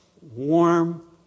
warm